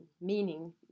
meaning